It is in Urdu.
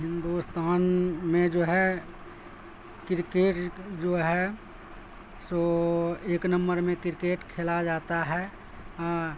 ہندوستان میں جو ہے کرکٹ جو ہے سو ایک نمبر میں کرکٹ کھیلا جاتا ہے